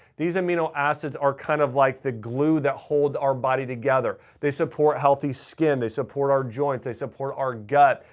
these amino acids are kind of like the glue that holds our body together, they support healthy skin, they support our joints, they support our gut.